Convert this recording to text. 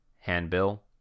handbill